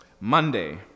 Monday